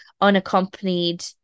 unaccompanied